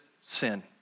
sin